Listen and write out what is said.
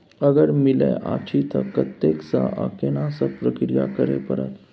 अगर मिलय अछि त कत्ते स आ केना सब प्रक्रिया करय परत?